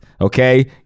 okay